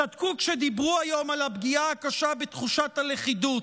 צדקו כשדיברו היום על הפגיעה הקשה בתחושת הלכידות,